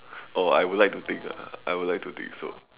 oh I would like to think ah I would like to think so